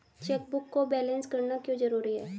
Chequebook को balance करना क्यों जरूरी है?